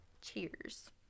Cheers